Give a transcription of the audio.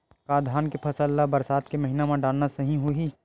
का धान के फसल ल बरसात के महिना डालना सही होही?